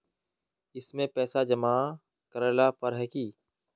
इसमें पैसा जमा करेला पर है की?